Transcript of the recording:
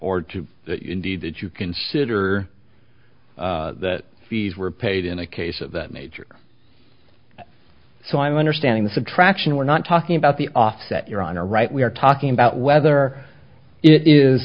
to indeed that you consider that fees were paid in a case of that nature so i'm understanding the subtraction we're not talking about the offset your honor right we are talking about whether it is